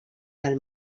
del